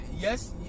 Yes